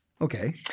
Okay